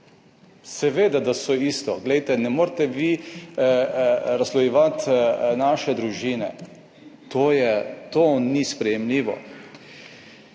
Seveda, da so isto, glejte, ne morete vi razslojevati naše družine. To ni sprejemljivo.